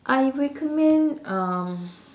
I recommend um